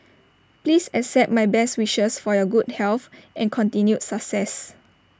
please accept my best wishes for your good health and continued success